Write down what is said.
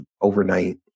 overnight